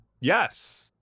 yes